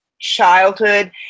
childhood